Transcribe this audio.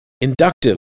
inductive